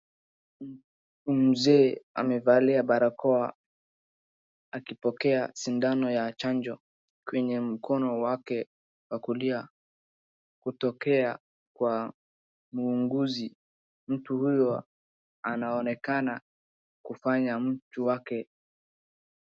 Mzee amevalia barakoa akipokea sindano ya chanjo kwenye mkono wake wa kulia kutokea kwa muuguzi. Mtu huyu anaonekana kufanya mtu wake...